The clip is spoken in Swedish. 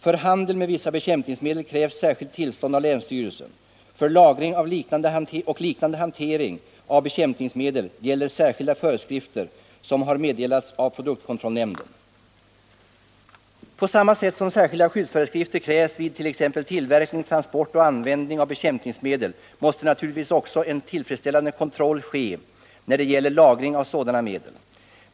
För handel med vissa bekämpningsmedel krävs särskilt tillstånd av länsstyrelsen. För lagring och liknande hantering av bekämpningsmedel gäller särskilda föreskrifter som har meddelats av produktkontrollnämnden. På samma sätt som särskilda skyddsföreskrifter krävs vid t.ex. tillverkning, transport och användning av bekämpningsmedel måste naturligtvis också en tillfredsställande kontroll ske när det gäller lagring av sådana medel.